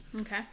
Okay